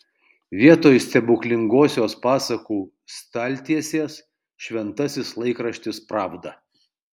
vietoj stebuklingosios pasakų staltiesės šventasis laikraštis pravda